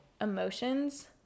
emotions